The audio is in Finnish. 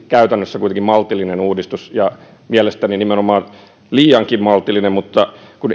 käytännössä kuitenkin hyvin maltillinen uudistus ja mielestäni nimenomaan liiankin maltillinen mutta kun